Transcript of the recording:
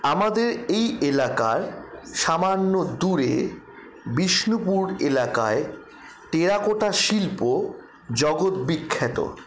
আমাদের এই এলাকার সামান্য দূরে বিষ্ণুপুর এলাকায় টেরাকোটা শিল্প জগৎ বিখ্যাত